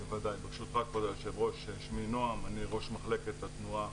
-- אני ראש מחלקת התנועה